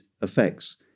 effects